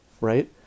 right